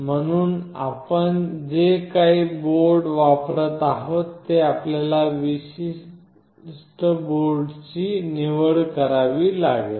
म्हणून आपण जे काही बोर्ड वापरत आहात ते आपल्याला त्या विशिष्ट बोर्डची निवड करावी लागेल